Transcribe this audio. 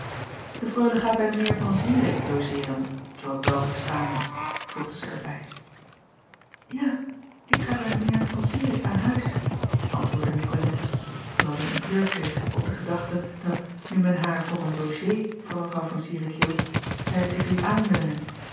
de reule gaat bij mijn eer an irik logeeren zoo k wel verstaan heb voegde zij er bij a ik ga bij mijn eer an irik aan huis antwoordde icolette terwijl zij een kleur kreeg op de gedachte dat nu men haar voor een logée van w an irik hield zij t zich liet aanleunen